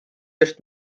just